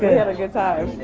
had a good time.